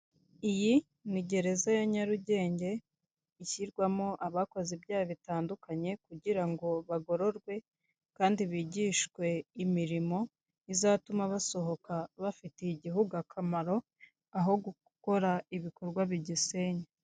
Iyi ni gereza ya Nyarugenge ishyirwamo abakoze ibyaha bitandukanye kugira ngo bagororwe kandi bigishwe imirimo izatuma basohoka bafitiye igihugu akamara aho gukora ibikorw bigisenya.